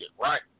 right